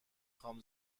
خوام